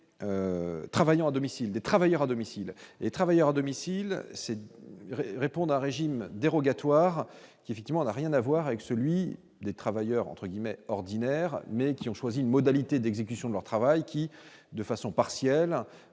les travailleurs à domicile et travailleurs à domicile c'est répondent un régime dérogatoire qui effectivement n'a rien à voir avec celui des travailleurs entre guillemets ordinaire mais qui ont choisi une modalité d'exécution de leur travail qui de façon partielle